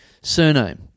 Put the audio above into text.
surname